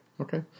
Okay